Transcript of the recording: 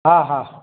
हा हा